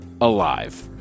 alive